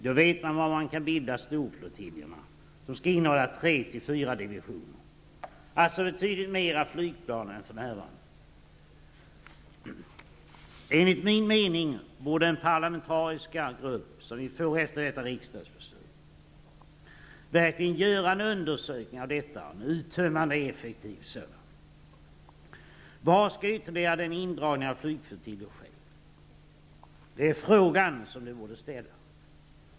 Då vet man var man kan bilda storflottiljerna, som skall innehålla tre -- fyra divisioner, alltså betydligt fler flygplan än för närvarande. Enligt min mening borde den parlamentariska grupp som vi får efter detta riksdagsbeslut verkligen göra en uttömmande och effektiv undersökning av detta. Var skall den ytterligare indragningen av flygflottiljer ske? Det är frågan som borde ställas.